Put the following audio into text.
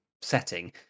setting